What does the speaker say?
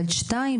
ושנית,